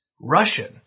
Russian